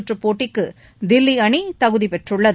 சுற்றுப் போட்டிக்கு தில்லி அணி தகுதி பெற்றுள்ளது